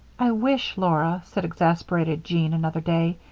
i wish, laura, said exasperated jean, another day,